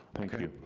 thank ah you.